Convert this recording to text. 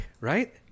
right